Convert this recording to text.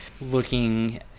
looking